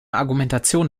argumentation